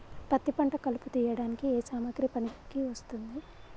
పత్తి పంట కలుపు తీయడానికి ఏ సామాగ్రి పనికి వస్తుంది?